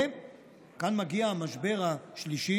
וכאן מגיע המשבר השלישי,